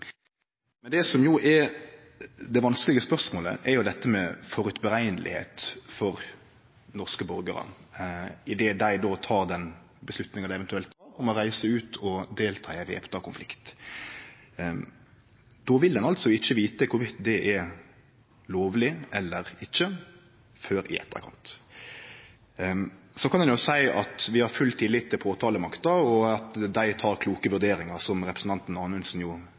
Men det som er det vanskelege spørsmålet, er dette med førehandsvurdering for norske borgarar idet dei då tek den avgjerda dei eventuelt gjer om å reise ut og delta i ein væpna konflikt. Då vil ein altså ikkje vite om det er lovleg eller ikkje før i etterkant. Så kan ein jo seie at vi har full tillit til påtalemakta, og at dei tek kloke vurderingar, som